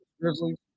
Grizzlies